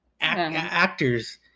actors